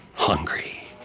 Hungry